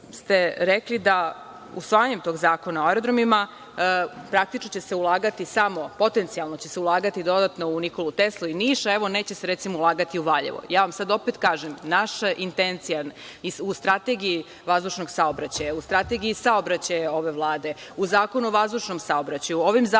ste rekli da usvajanjem tog zakona o aerodromima, praktično će se ulagati samo, potencijalno, će se ulagati dodatno u „Nikolu Teslu“ i Niš, a evo, neće se recimo ulagati u Valjevo. Opet vam kažem, naša intencija u strategiji vazdušnog saobraćaja, u strategiji saobraćaja ove Vlade, u Zakonu o vazdušnom saobraćaju, ovim zakonom